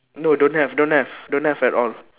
no don't have don't have don't have at all